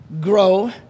grow